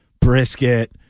brisket